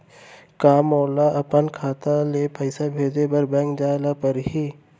का मोला अपन खाता ले पइसा भेजे बर बैंक जाय ल परही?